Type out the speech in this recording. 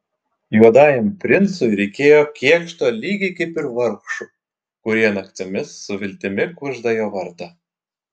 juodajam princui reikėjo kėkšto lygiai kaip ir vargšų kurie naktimis su viltimi kužda jo vardą